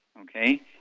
Okay